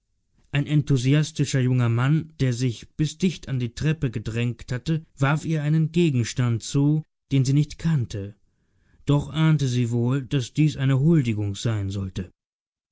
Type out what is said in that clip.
ein enthusiastischer junger mann der sich bis dicht an die treppe gedrängt hatte warf ihr einen gegenstand zu den sie nicht kannte doch ahnte sie wohl daß dies eine huldigung sein sollte